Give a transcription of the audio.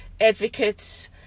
advocates